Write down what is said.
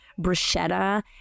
bruschetta